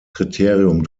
kriterium